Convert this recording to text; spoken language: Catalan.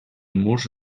murs